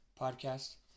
podcast